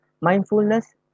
mindfulness